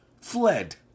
fled